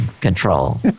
control